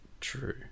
true